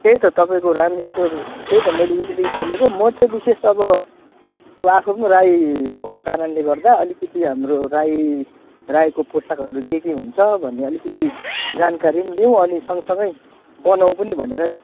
त्यही त तपाईँको राम स्टोर त्यही त मैले उहिलेदेखि सुनेको म चाहिँ विशेष अब अब आफू पनि राई भएको कारणले गर्दा अलिकति हाम्रो राई राईको पोसाकहरू के के हुन्छ भनेर अलिकति जानकारी पनि लिउँ अनि सँगसँगै बनाउँ पनि भनेर नि